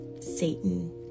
Satan